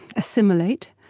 assimilate,